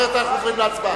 אחרת אנחנו עוברים להצבעה.